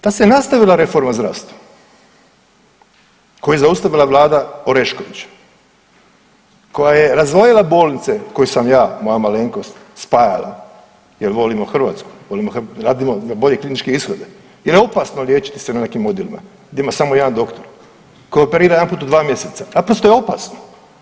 Prvo, da se nastavila reforma zdravstva koju je zaustavila vlada Oreškovića koja je razdvojila bolnice koje sam ja, moja malenkost spajale jer volimo Hrvatsku, radimo za bolje kliničke ishode, jel je opasno liječiti se na nekim odjelima gdje ima samo jedan doktor koji operira jedanput u dva mjeseca, naprosto je opasno.